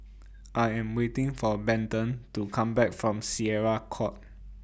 I Am waiting For Bethann to Come Back from Syariah Court